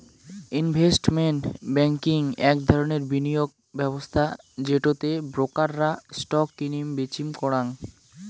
investment banking আক ধরণের বিনিয়োগ ব্যবস্থা যেটো তে ব্রোকার রা স্টক কিনিম বেচিম করাং